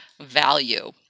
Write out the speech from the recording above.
value